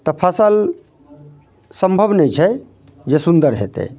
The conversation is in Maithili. तऽ फसल सम्भव नहि छै जे सुन्दर हेतै